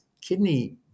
kidney